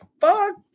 fuck